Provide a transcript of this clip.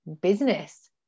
business